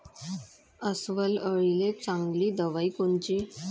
अस्वल अळीले चांगली दवाई कोनची?